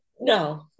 No